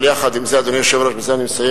אבל יחד עם זה, אדוני היושב-ראש, בזה אני מסיים,